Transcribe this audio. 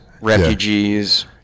refugees